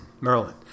Maryland